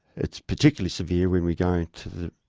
it's particularly severe when we go to the